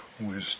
wisdom